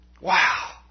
Wow